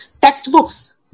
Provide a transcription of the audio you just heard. textbooks